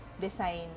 Design